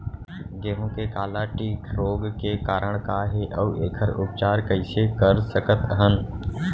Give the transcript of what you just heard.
गेहूँ के काला टिक रोग के कारण का हे अऊ एखर उपचार कइसे कर सकत हन?